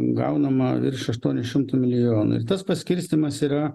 gaunama virš aštuonių šimtų milijonų ir tas paskirstymas yra